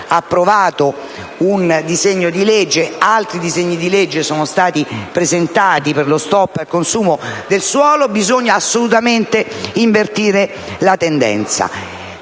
approvato un disegno di legge ed altri disegni di legge sono stati presentati per lo *stop* al consumo del suolo. Bisogna assolutamente invertire la tendenza.